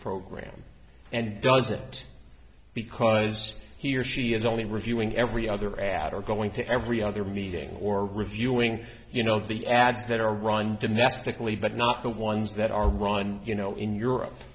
program and doesn't because he or she is only reviewing every other ad or going to every other meeting or reviewing you know the ads that are run domestically but not the ones that are run you know in europe